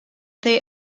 they